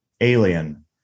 alien